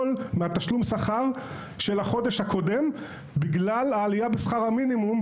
מתשלום השכר של החודש הקודם בגלל העליה בשכר המינימום